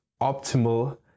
Optimal